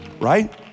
Right